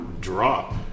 drop